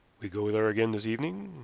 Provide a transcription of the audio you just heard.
we go there again this evening,